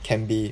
can be